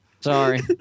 Sorry